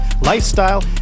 lifestyle